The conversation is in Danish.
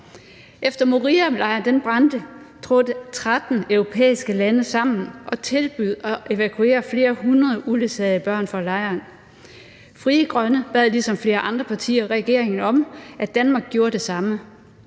Efter at Morialejren brændte, trådte 13 europæiske lande sammen og tilbød at evakuere flere hundrede uledsagede børn fra lejren. Frie Grønne bad ligesom flere andre partier regeringen om, at Danmark gjorde det samme.